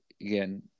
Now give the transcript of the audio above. again